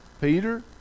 Peter